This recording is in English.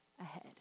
ahead